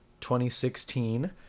2016